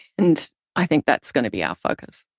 and i think that's gonna be our focus.